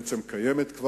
בעצם קיימת,